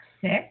six